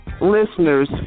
listeners